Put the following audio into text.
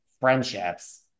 friendships